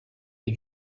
les